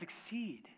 succeed